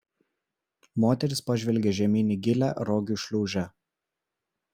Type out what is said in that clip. moteris pažvelgė žemyn į gilią rogių šliūžę